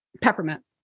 peppermint